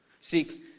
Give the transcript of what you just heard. See